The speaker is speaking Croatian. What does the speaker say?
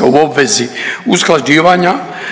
u obvezi usklađivanja